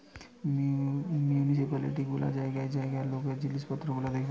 municipality গুলা জায়গায় জায়গায় লোকাল জিনিস পত্র গুলা দেখেন